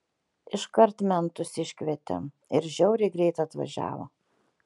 iškart mentus iškvietėm ir žiauriai greit atvažiavo